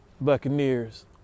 Buccaneers